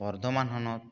ᱵᱚᱨᱫᱷᱚᱢᱟᱱ ᱦᱚᱱᱚᱛ